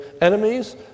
enemies